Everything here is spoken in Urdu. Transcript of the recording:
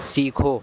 سیکھو